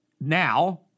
Now